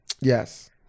Yes